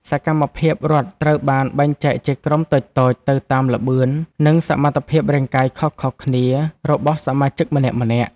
សកម្មភាពរត់ត្រូវបានបែងចែកជាក្រុមតូចៗទៅតាមល្បឿន និងសមត្ថភាពរាងកាយខុសៗគ្នារបស់សមាជិកម្នាក់ៗ។